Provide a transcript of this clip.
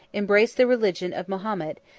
embraced the religion of mahomet,